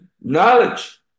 knowledge